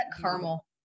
caramel